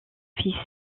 fils